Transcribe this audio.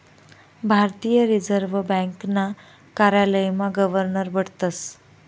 भारतीय रिजर्व ब्यांकना कार्यालयमा गवर्नर बठतस